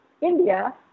India